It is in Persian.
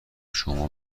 شما